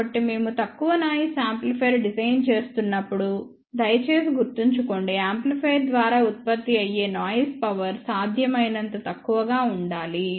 కాబట్టి మేము తక్కువ నాయిస్ యాంప్లిఫైయర్ డిజైన్ చేస్తున్నప్పుడు దయచేసి గుర్తుంచుకోండి యాంప్లిఫైయర్ ద్వారా ఉత్పత్తి అయ్యే నాయిస్ పవర్ సాధ్యమైనంత తక్కువగా ఉండాలి